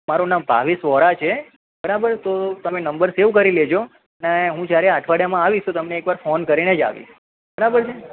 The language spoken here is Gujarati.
મારું નામ ભાવેશ વોરા છે બરાબર તો તમે નંબર સેવ કરી લેજો અને હું જ્યારે એઠવાડિયામાં આવીશ તો તમને એક વાર ફોન કરીને જ આવીશ બરાબર છે